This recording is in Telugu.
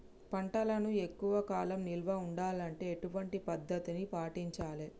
పంటలను ఎక్కువ కాలం నిల్వ ఉండాలంటే ఎటువంటి పద్ధతిని పాటించాలే?